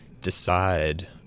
decide